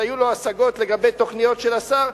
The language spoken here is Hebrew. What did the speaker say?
היו לו השגות לגבי תוכניות של השר,